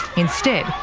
instead,